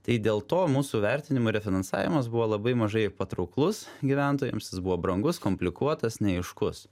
tai dėl to mūsų vertinimu refinansavimas buvo labai mažai patrauklus gyventojams jis buvo brangus komplikuotas neaiškus